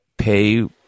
pay